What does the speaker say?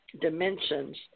dimensions